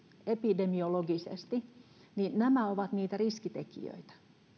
epidemiologisesti ovat niitä riskitekijöitä